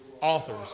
authors